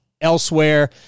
elsewhere